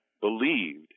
believed